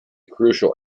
crucial